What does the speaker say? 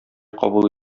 кабул